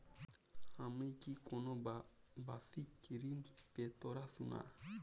আমি কি কোন বাষিক ঋন পেতরাশুনা?